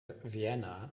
vienna